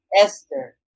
Esther